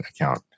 account